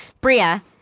Bria